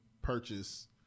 Purchase